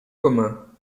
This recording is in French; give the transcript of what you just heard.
commun